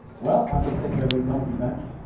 well, i'd better take herbert his donkey back.